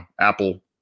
Apple